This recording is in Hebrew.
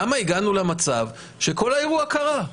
למה הגענו למצב שכל האירוע קרה?